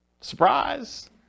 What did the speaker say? surprise